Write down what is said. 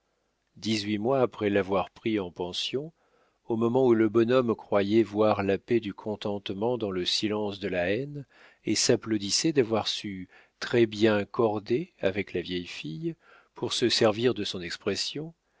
dix-huit mois après l'avoir pris en pension au moment où le bonhomme croyait voir la paix du contentement dans le silence de la haine et s'applaudissait d'avoir su très-bien corder avec la vieille fille pour se servir de son expression